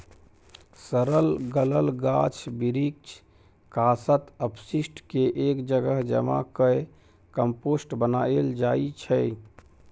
सरल गलल गाछ बिरीछ, कासत, अपशिष्ट केँ एक जगह जमा कए कंपोस्ट बनाएल जाइ छै